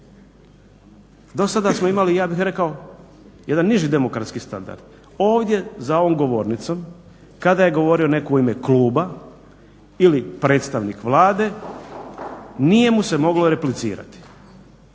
do sada smo imali, ja bih rekao jedan niži demokratski standard. Ovdje za ovom govornicom kada je govorio netko u ime kluba ili predstavnik Vlade nije mu se moglo replicirati,